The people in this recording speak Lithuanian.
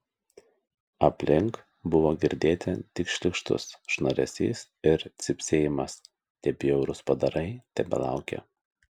aplink buvo girdėti tik šlykštus šnaresys ir cypsėjimas tie bjaurūs padarai tebelaukė